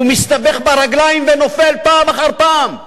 הוא מסתבך ברגליים ונופל פעם אחר פעם.